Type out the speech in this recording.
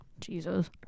Jesus